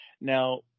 Now